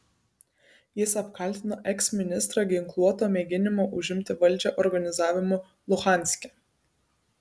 jis apkaltino eksministrą ginkluoto mėginimo užimti valdžią organizavimu luhanske